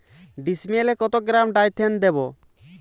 ডিস্মেলে কত gram Dithane দেবো?